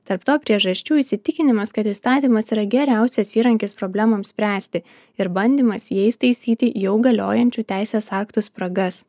tarp to priežasčių įsitikinimas kad įstatymas yra geriausias įrankis problemoms spręsti ir bandymas jais taisyti jau galiojančių teisės aktų spragas